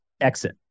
exit